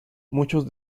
muchos